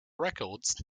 records